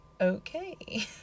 okay